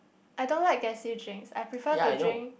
I don't like gassy drink I prefer to drink